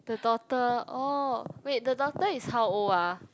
the daughter oh wait the daughter is how old ah